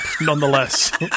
nonetheless